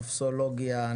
טפסולוגיה,